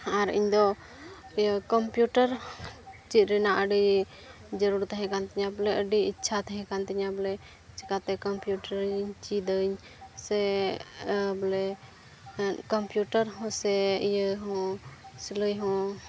ᱟᱨ ᱤᱧᱫᱚ ᱠᱚᱢᱯᱤᱭᱩᱴᱟᱨ ᱪᱮᱫ ᱨᱮᱱᱟᱜ ᱟᱹᱰᱤ ᱡᱟᱹᱨᱩᱲ ᱛᱟᱦᱮᱸ ᱠᱟᱱ ᱛᱤᱧᱟ ᱵᱚᱞᱮ ᱟᱹᱰᱤ ᱤᱪᱪᱷᱟ ᱛᱟᱦᱮᱸ ᱠᱟᱱ ᱛᱤᱧᱟ ᱵᱚᱞᱮ ᱪᱤᱠᱟ ᱛᱮ ᱠᱚᱢᱯᱤᱭᱩᱴᱟᱨᱤᱧ ᱪᱮᱫᱟᱹᱧ ᱥᱮ ᱵᱚᱞᱮ ᱥᱮ ᱠᱚᱢᱯᱤᱭᱩᱴᱟᱨ ᱦᱚᱸ ᱥᱮ ᱤᱭᱟᱹ ᱦᱚᱸ ᱥᱤᱞᱟᱹᱭ ᱦᱚᱸ